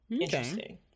interesting